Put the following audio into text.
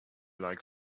like